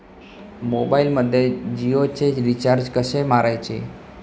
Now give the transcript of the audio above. मोबाइलमध्ये जियोचे रिचार्ज कसे मारायचे?